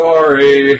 Sorry